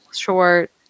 short